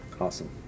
Awesome